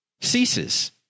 ceases